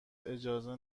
اجازه